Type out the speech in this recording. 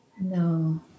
No